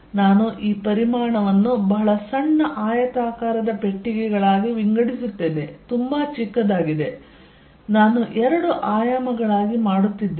ನಾನು ಈ ಪರಿಮಾಣವನ್ನು ಬಹಳ ಸಣ್ಣ ಆಯತಾಕಾರದ ಪೆಟ್ಟಿಗೆಗಳಾಗಿ ವಿಂಗಡಿಸುತ್ತೇನೆ ತುಂಬಾ ಚಿಕ್ಕದಾಗಿದೆ ನಾನು ಎರಡು ಆಯಾಮಗಳಾಗಿ ಮಾಡುತ್ತಿದ್ದೇನೆ